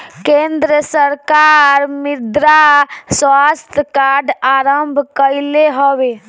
केंद्र सरकार मृदा स्वास्थ्य कार्ड आरंभ कईले हवे